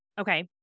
Okay